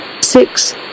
six